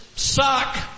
Suck